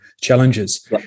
challenges